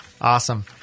Awesome